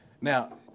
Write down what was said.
Now